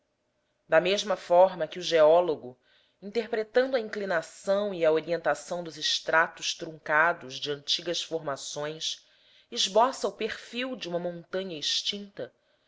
da mesma forma que o geólogo interpretando a inclinação e a orientação dos estratos truncados de antigas formações esboça o perfil de uma montanha extinta